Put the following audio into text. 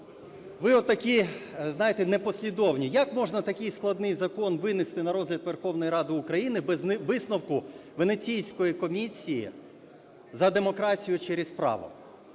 ви отакі, знаєте, непослідовні? Як можна такий складний закон винести на розгляд Верховної Ради України без висновку Венеційської комісії за демократію через право?